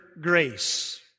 grace